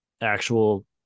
actual